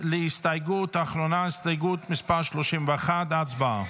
על ההסתייגות האחרונה, הסתייגות מס' 31, הצבעה.